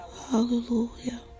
Hallelujah